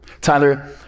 Tyler